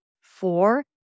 four